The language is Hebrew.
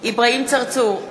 אברהים צרצור,